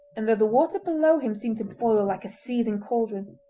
and though the water below him seemed to boil like a seething cauldron,